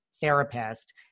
therapist